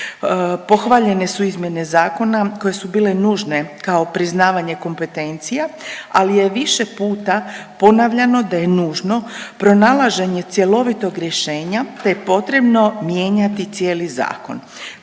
Pohvaljene su izmjene zakona koje su bile nužne kao priznavanje kompetencija, ali je više puta ponavljano da je nužno pronalaženje cjelovitog rješenja, te je potrebno mijenjati cijeli zakon.